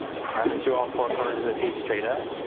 press through all four corners of the feet straight up.